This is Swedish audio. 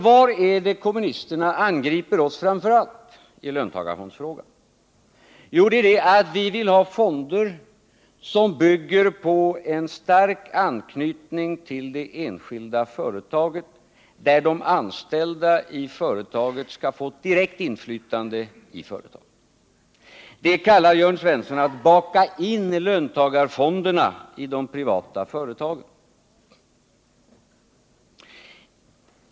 Vad är det kommunisterna framför allt angriper oss för i löntagarfondsfrågan? Jo, det är för att vi vill ha fonder som bygger på en stark anknytning till det enskilda företaget, där de anställda skall få ett direkt inflytande i företaget. Detta kallar Jörn Svensson att baka in löntagarfonderna i de privata företagen.